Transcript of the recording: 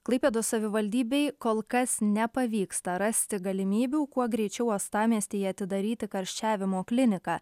klaipėdos savivaldybei kol kas nepavyksta rasti galimybių kuo greičiau uostamiestyje atidaryti karščiavimo kliniką